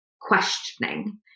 questioning